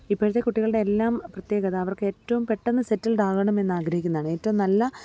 ഇപ്പോഴത്തെ കുട്ടികളുടെ എല്ലാം പ്രത്യേകത അവർക്ക് ഏറ്റവും പെട്ടെന്ന് സെറ്റിൽഡാവണം എന്നാഗ്രഹിക്കുന്നാണ് ഏറ്റവും നല്ല